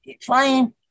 Flying